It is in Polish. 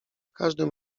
każdym